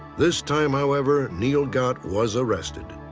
this time, however, neil gott was arrested.